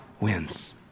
wins